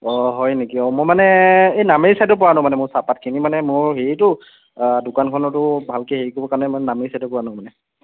অঁ হয় নেকি অঁ মই মানে এই নামেৰী চাইডৰপৰা আনো মানে মই চাহপাতখিনি মানে মোৰ হেৰিটো দোকানখনতো ভালকৈ হেৰি কৰিব কাৰণে মই নামেৰী চাইডৰপৰা আনো মানে